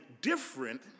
different